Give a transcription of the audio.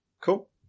Cool